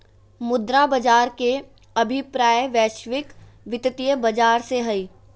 मुद्रा बाज़ार के अभिप्राय वैश्विक वित्तीय बाज़ार से हइ